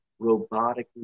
robotically